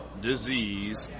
disease